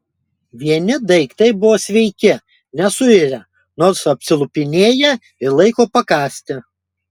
vieni daiktai buvo sveiki nesuirę nors apsilupinėję ir laiko pakąsti